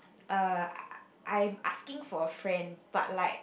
err I'm asking for a friend but like